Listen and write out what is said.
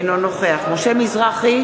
אינו נוכח משה מזרחי,